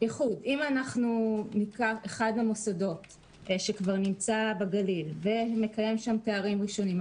אם ניקח את אחד המוסדות שכבר נמצא בגליל ונקיים שם תארים ראשונים,